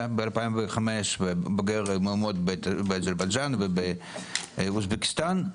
בשנת 2005 ובוגר מעמד באזרבייג'ן ובאוזבקיסטן,